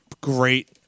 great